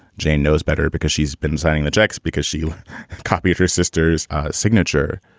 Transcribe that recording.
jane knows better because she's been signing the checks because she copied her sister's signature.